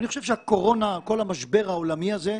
אני חושב שכל המשבר העולמי הזה,